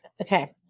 okay